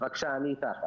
בבקשה, אני איתך.